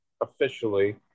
Officially